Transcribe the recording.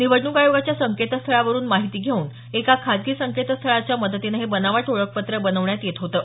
निवडणूक आयोगाच्या संकेतस्थळावरुन माहिती घेऊन एका खाजगी संकेतस्थळाच्या मदतीनं हे बनावट ओळखपत्र बनवण्यात येत होतं